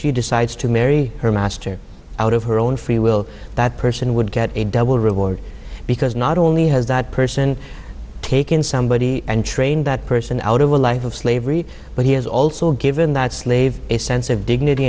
she decides to marry her master out of her own free will that person would get a double reward because not only has that person taken somebody and trained that person out of a life of slavery but he has also given that slave a sense of dignity